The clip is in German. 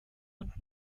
und